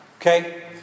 Okay